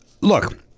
Look